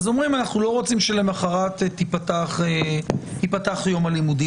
אז אומרים: אנחנו לא רוצים שלמוחרת ייפתח יום הלימודים,